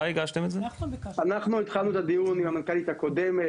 אנחנו התחלנו את הדיון עם המנכ"לית הקודמת,